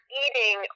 eating